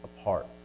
apart